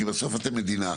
כי בסוף, אתם מדינה אחת.